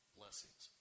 blessings